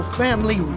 family